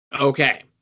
Okay